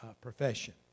profession